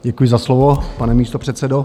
Děkuji za slovo, pane místopředsedo.